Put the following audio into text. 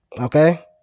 okay